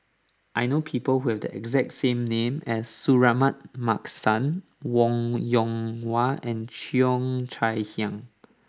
I know people who have the exact same name as Suratman Markasan Wong Yoon Wah and Cheo Chai Hiang